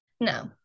No